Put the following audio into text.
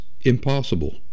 impossible